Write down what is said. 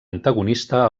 antagonista